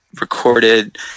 recorded